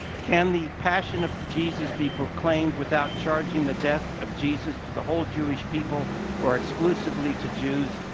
can the passion of jesus be proclaimed without charging the death of jesus to the whole jewish people or exclusively to jews?